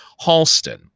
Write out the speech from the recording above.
Halston